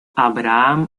abraham